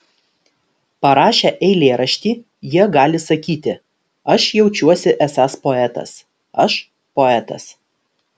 parašę eilėraštį jie gali sakyti aš jaučiuosi esąs poetas aš poetas